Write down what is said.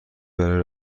برای